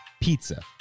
pizza